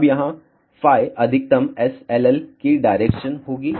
अब यहाँ φ अधिकतम SLL की डायरेक्शन होगी